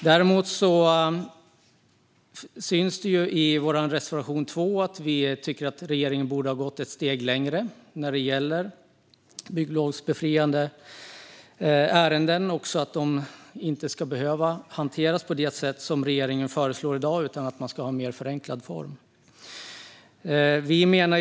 Däremot syns det i vår reservation 2 att vi tycker att regeringen borde ha gått ett steg längre när det gäller bygglovsbefriade ärenden och att de inte ska behöva hanteras på det sätt som regeringen föreslår i dag utan att man ska ha en mer förenklad form för detta.